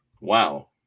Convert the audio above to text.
Wow